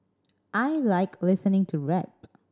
I like listening to rap